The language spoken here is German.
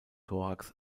thorax